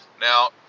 now